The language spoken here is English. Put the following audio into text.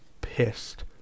pissed